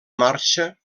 marxa